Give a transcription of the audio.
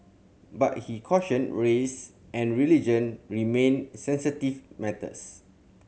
but he cautioned race and religion remained sensitive matters